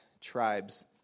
tribes